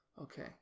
Okay